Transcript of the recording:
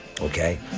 Okay